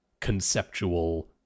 conceptual